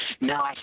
No